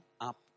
up